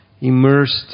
immersed